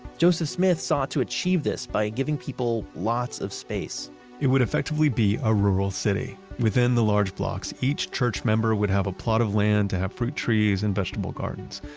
joseph smith sought to achieve this by giving people lots of space it would effectively be a rural city. within the large blocks, each church member would have a plot of land to have fruit trees and vegetable gardens.